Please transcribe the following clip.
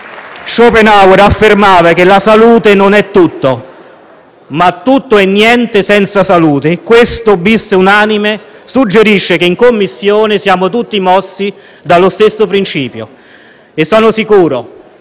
Schopenhauer affermava che la salute non è tutto, ma tutto è niente senza salute. Questo *bis* unanime suggerisce che, in Commissione, siamo tutti mossi dallo stesso principio. Sono sicuro